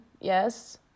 yes